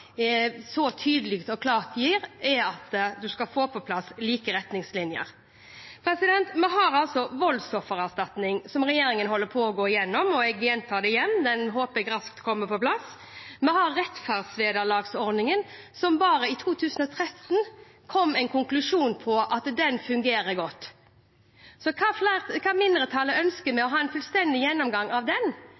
tydelig og klart gir, at man skal få på plass like retningslinjer. Vi har altså voldsoffererstatningen, som regjeringen holder på å gå gjennom, og jeg gjentar igjen at den håper jeg raskt kommer på plass. Vi har rettferdsvederlagsordningen, som det i 2013 kom en konklusjon om fungerer godt, så hva mindretallet ønsker med å ha en fullstendig gjennomgang av den,